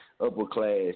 upper-class